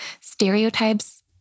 stereotypes